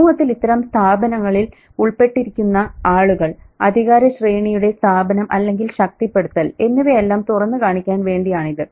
സമൂഹത്തിൽ ഇത്തരം സ്ഥാപനങ്ങളിൽ ഉൾപ്പെട്ടിരിക്കുന്ന ആളുകൾ അധികാരശ്രേണിയുടെ സ്ഥാപനം അല്ലെങ്കിൽ ശക്തിപ്പെടുത്തൽ എന്നിവയെല്ലാം തുറന്നുകാണിക്കാൻ വേണ്ടിയാണിത്